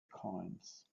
coins